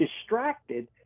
distracted